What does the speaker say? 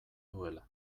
duela